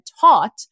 taught